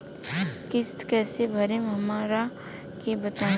किस्त कइसे भरेम हमरा के बताई?